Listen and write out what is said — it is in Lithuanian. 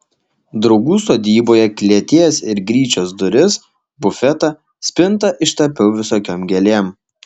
draugų sodyboje klėties ir gryčios duris bufetą spintą ištapiau visokiom gėlėm